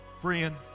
friend